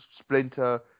splinter